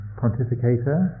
pontificator